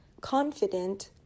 confident